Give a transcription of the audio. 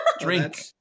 Drink